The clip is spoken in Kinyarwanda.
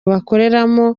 bakoreramo